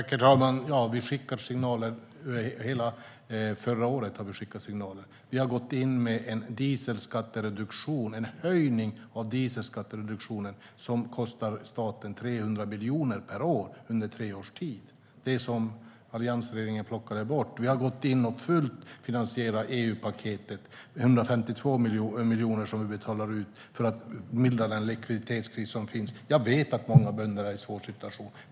Herr talman! Under hela förra året skickade vi signaler. Vi har gått in med en höjning av dieselskattereduktionen som kostar staten 300 miljoner per år under tre års tid, alltså det som alliansregeringen plockade bort. Vi har gått in och fullt ut finansierat EU-paketet med 152 miljoner som vi betalar ut för att mildra den likviditetskris som finns. Jag vet att många bönder är i en svår situation.